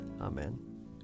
Amen